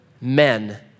men